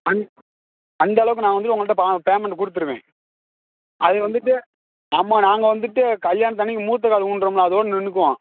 அந் அந்தளவுக்கு நான் வந்துட்டு உங்கள்ட்ட பா பேமெண்ட்டு கொடுத்துருவேன் அது வந்துட்டு நம்ம நாங்கள் வந்துட்டு கல்யாணத்தன்னைக்கு முகூர்த்த கால் ஊன்றோம்ல அதோடய நின்றுக்குவோம்